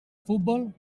futbol